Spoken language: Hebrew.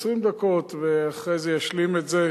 20 דקות ואחרי זה ישלים את זה,